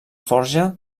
forja